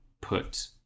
put